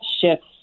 shifts